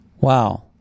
Wow